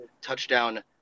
touchdown